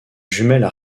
jumelles